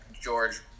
George